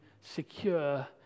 secure